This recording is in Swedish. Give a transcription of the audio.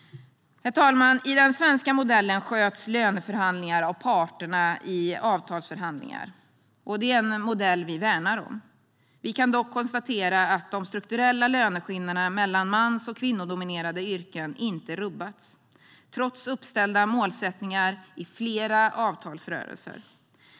Herr talman! I den svenska modellen sköts löneförhandlingar av parterna i avtalsförhandlingar. Det är en modell vi värnar om. Vi kan dock konstatera att de strukturella löneskillnaderna mellan mansdominerade yrken och kvinnodominerade yrken inte rubbats trots uppställda målsättningar i flera avtalsrörelser.